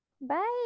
Bye